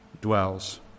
dwells